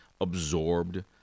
absorbed